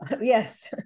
yes